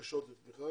בקשות לתמיכה,